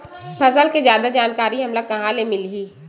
फसल के जादा जानकारी हमला कहां ले मिलही?